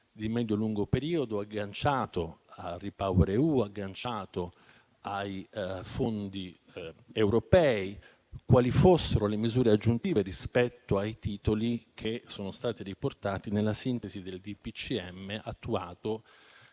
di medio-lungo periodo agganciato a REPower EU, ai fondi europei; e chiedeva quali fossero le misure aggiuntive rispetto ai titoli che sono stati riportati nella sintesi del DPCM attuato